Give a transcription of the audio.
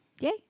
yay